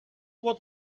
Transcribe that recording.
what